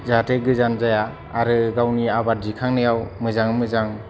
जाहाथे गोजान जाया आरो गावनि आबाद दिखांनायाव मोजाङै मोजां